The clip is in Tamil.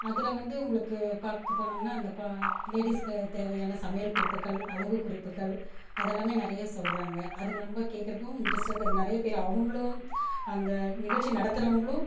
அதில் வந்து உங்களுக்கு பார்க்கப்போனோம்னா அந்த கோ லேடீஸ்க்கு தேவையான சமையல் குறிப்புக்கள் அழகு குறிப்புகள் அதெல்லாமே நிறைய சொல்லுறாங்க அது நம்ப கேட்குறக்கும் இன்ட்ரஸ்டாக இருக்கு அது நிறைய பேர் அவங்களும் அந்த நிகழ்ச்சி நடத்துறவங்களும்